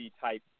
type